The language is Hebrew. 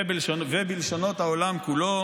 ובלשונות העולם כולו.